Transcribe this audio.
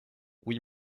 oui